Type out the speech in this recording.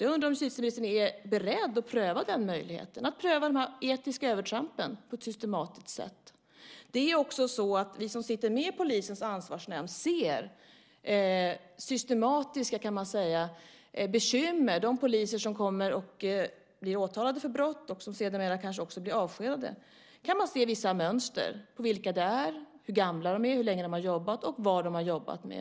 Jag undrar om justitieministern är beredd att pröva den möjligheten, att pröva de etiska övertrampen på ett systematiskt sätt. Vi som sitter med i polisens ansvarsnämnd ser systematiska bekymmer. Bland de poliser som blir åtalade för brott, och sedermera kanske också blir avskedade, kan man se vissa mönster: vilka de är, hur gamla de är, hur länge de har jobbat och vad de har jobbat med.